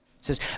says